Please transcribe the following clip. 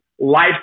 Life